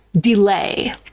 Delay